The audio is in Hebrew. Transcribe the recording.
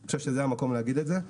אני חושב שזה המקום להגיד את זה.